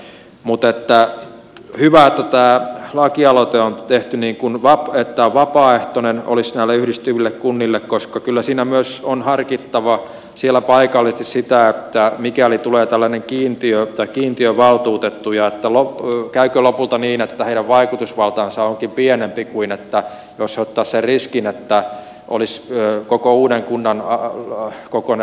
mutta hyvä että tämä lakialoite on tehty niin että tämä olisi vapaaehtoinen näille yhdistyville kunnille koska kyllä siinä myös on harkittava siellä paikallisesti sitä että mikäli tulee tällainen kiintiö tai kiintiövaltuutettu niin käykö lopulta niin että heidän vaikutusvaltansa onkin pienempi kuin silloin jos he ottaisivat sen riskin että olisi koko uuden kunnan kokoinen vaalipiiri